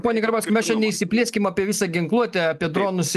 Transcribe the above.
pone karbauski mes čia neišsiplėskim apie visą ginkluotę apie dronus